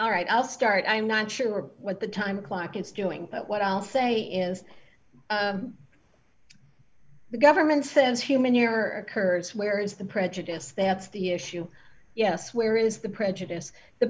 all right i'll start i'm not sure what the time clock instilling that what i'll say is the government says human error occurs where is the prejudice that's the issue yes where is the prejudice the